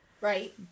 Right